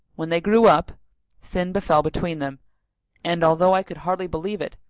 when they grew up sin befel between them and, although i could hardly believe it,